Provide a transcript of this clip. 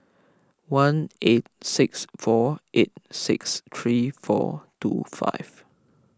one eight six four eight six three four two five